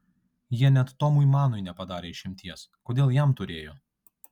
jie net tomui manui nepadarė išimties kodėl jam turėjo